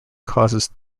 causes